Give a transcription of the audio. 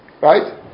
right